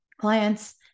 clients